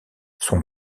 son